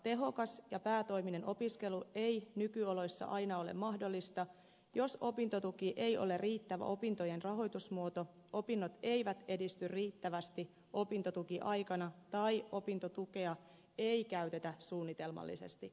tehokas ja päätoiminen opiskelu ei nykyoloissa aina ole mahdollista jos opintotuki ei ole riittävä opintojen rahoitusmuoto opinnot eivät edisty riittävästi opintotukiaikana tai opintotukea ei käytetä suunnitelmallisesti